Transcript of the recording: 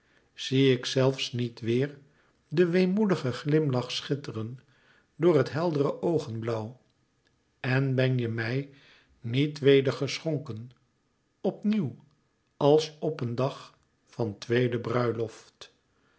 zie ik zelfs niet weêr den weemoedigen glimlach schitteren door het hellere oogenblauw en ben je mij niet weder geschonken op nieuw als op een dag van tweeden bruiloft